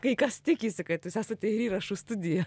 kai kas tikisi kad jūs esate ir įrašų studija